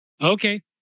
Okay